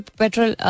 petrol